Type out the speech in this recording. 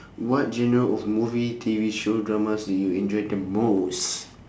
what genre of movie T_V show dramas do you enjoy the most